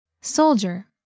Soldier